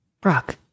brock